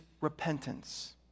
repentance